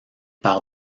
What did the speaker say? par